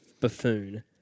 buffoon